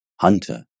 Hunter